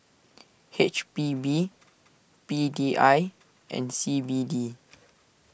H P B P D I and C B D